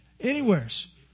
anywheres